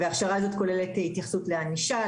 ההכשרה הזאת כוללת התייחסות לענישה,